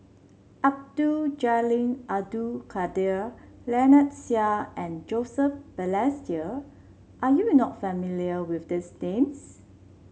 Abdul Jalil Abdul Kadir Lynnette Seah and Joseph Balestier are you not familiar with these names